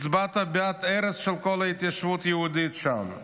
הצבעת בעד הרס של כל ההתיישבות היהודית שם.